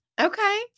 Okay